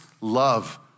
love